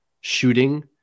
shooting